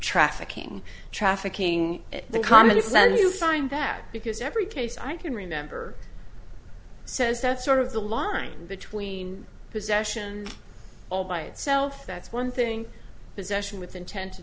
trafficking trafficking the comedy send you sign back because every case i can remember so is that sort of the line between possession all by itself that's one thing possession with intent to